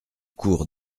cour